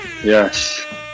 Yes